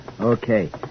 Okay